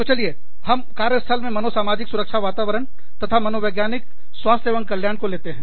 तो चलिए हम कार्य स्थल में मनोसामाजिक सुरक्षा वातावरण तथा मनोवैज्ञानिक स्वास्थ्य एवं कल्याण को लेते हैं